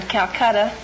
Calcutta